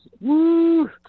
Woo